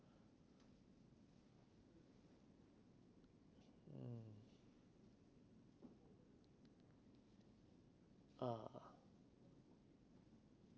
ah